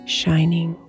shining